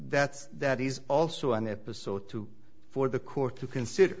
that's that is also an episode too for the court to consider